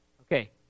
Okay